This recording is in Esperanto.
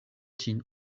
ĝin